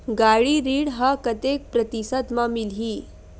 गाड़ी ऋण ह कतेक प्रतिशत म मिलही?